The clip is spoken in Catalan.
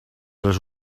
les